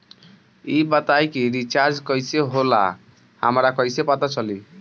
ई बताई कि रिचार्ज कइसे होला हमरा कइसे पता चली?